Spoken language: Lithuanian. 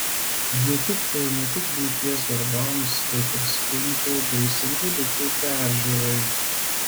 ji tiktų ne tik buities darbams bet ir spintų bei sandėliukų peržiūrai